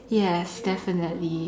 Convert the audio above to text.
yes definitely